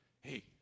Hey